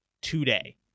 today